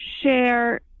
share